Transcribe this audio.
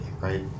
right